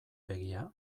begia